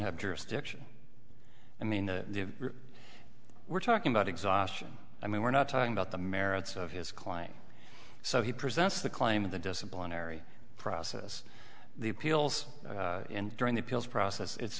have jurisdiction i mean you have we're talking about exhaustion i mean we're not talking about the merits of his client so he presents the claim of the disciplinary process the appeals and during the appeals process it's